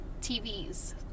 TVs